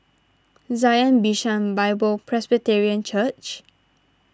Zion Bishan Bible Presbyterian Church